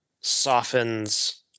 softens